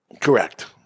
Correct